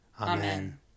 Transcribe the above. Amen